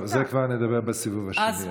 טוב, על זה כבר נדבר בסיבוב השני.